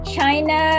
China